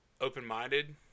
open-minded